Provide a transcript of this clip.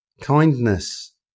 kindness